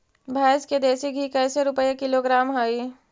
भैंस के देसी घी कैसे रूपये किलोग्राम हई?